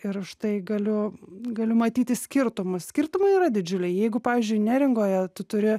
ir už tai galiu galiu matyti skirtumus skirtumai yra didžiuliai jeigu pavyzdžiui neringoje tu turi